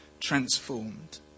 transformed